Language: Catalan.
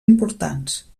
importants